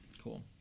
Cool